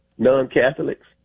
Non-Catholics